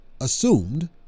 assumed